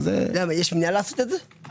יש מניעה לעשות את זה,